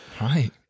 Right